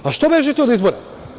A što bežite od izbora?